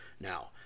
now